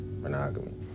monogamy